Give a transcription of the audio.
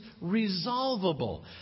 resolvable